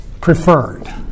Preferred